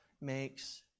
makes